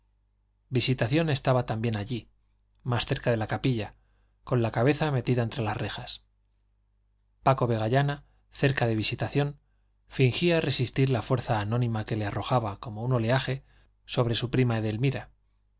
visitación estaba también allí más cerca de la capilla con la cabeza metida entre las rejas paco vegallana cerca de visitación fingía resistir la fuerza anónima que le arrojaba como un oleaje sobre su prima edelmira la